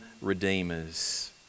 redeemers